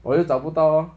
我又找不到 lor